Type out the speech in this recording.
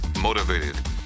motivated